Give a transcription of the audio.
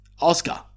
Oscar